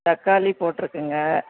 தக்காளி போட்டுருக்கங்க